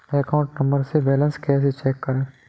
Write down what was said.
Account number से balance कैसे check करें?